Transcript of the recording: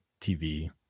TV